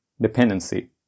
dependency